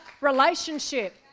relationship